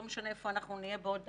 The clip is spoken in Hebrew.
לא משנה איפה אנחנו נהיה בעוד דקה,